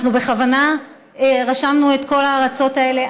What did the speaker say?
אנחנו בכוונה רשמנו את כל הארצות האלה,